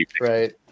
right